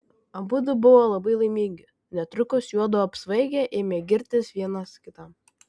abudu buvo labai laimingi netrukus juodu apsvaigę ėmė girtis vienas kitam